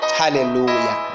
hallelujah